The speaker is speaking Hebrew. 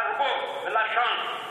תרבות ולשון,